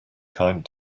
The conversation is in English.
kind